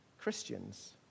Christians